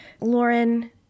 Lauren